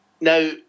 now